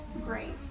Great